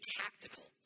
tactical